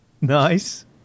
Nice